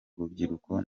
urubyiruko